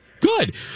Good